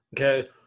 Okay